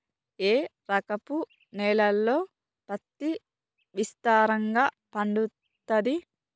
ఏ రకపు నేలల్లో పత్తి విస్తారంగా పండుతది?